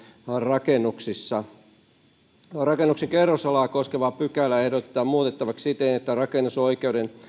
rakennuksissa rakennuksen kerrosalaa koskevaa pykälää ehdotetaan muutettavaksi siten että rakennusoikeuden